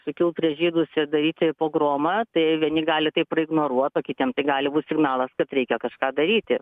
sukilt prieš žydus ir daryti pogromą tai vieni gali taip ignoruot o kitiem gali būt signalas kad reikia kažką daryti